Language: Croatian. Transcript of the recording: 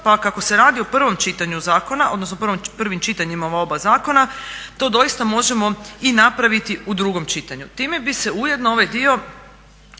Pa kako se radi o prvom čitanju zakona, odnosno prvim čitanjima oba zakona to doista možemo i napraviti u drugom čitanju. Time bi se ujedno ovaj dio